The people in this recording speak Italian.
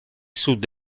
sud